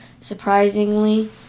surprisingly